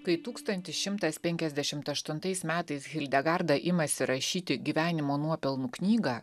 kai tūkstantis šimtas penkiasdešimt aštuntais metais hildegarda imasi rašyti gyvenimo nuopelnų knygą